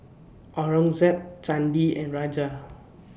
Aurangzeb Chandi and Raja